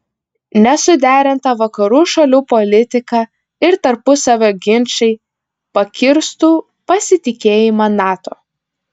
nesuderinta vakarų šalių politika ir tarpusavio ginčai pakirstų pasitikėjimą nato